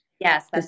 Yes